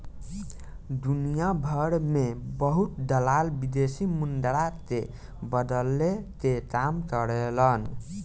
दुनियाभर में बहुत दलाल विदेशी मुद्रा के बदले के काम करेलन